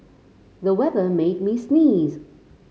the weather made me sneeze